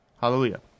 Hallelujah